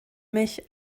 mich